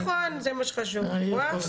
נכון, זה מה שחשוב, את רואה?